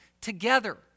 together